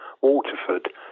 Waterford